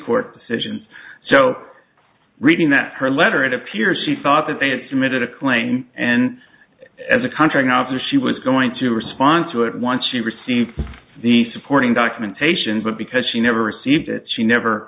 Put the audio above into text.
court decisions so reading that her letter it appears she thought that they had submitted a claim and as a contract counselor she was going to respond to it once she received the supporting documentation but because she never received it she never